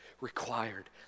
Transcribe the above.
required